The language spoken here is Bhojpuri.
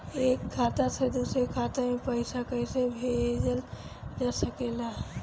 एक खाता से दूसरे खाता मे पइसा कईसे भेजल जा सकेला?